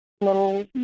little